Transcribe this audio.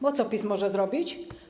Bo co PiS może zrobić?